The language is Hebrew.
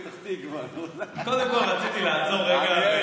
ככה הם היו מתנהגים איתנו?